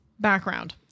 background